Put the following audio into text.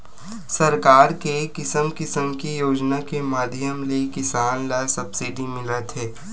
सरकार के किसम किसम के योजना के माधियम ले किसान ल सब्सिडी मिलत हे